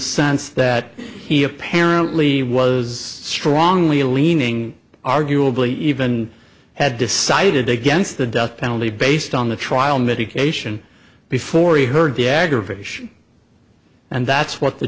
sense that he apparently was strongly leaning arguably even had decided against the death penalty based on the trial medication before he heard the aggravation and that's what the